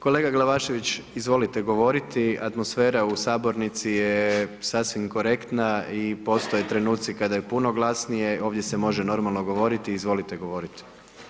Kolega Glavašević, izvolite govoriti, atmosfera u sabornici je sasvim korektna i postoje trenuci kada je puno glasnije, ovdje se može normalno govoriti i izvolite govoriti.